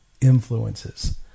influences